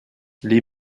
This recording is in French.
les